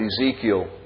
Ezekiel